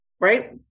right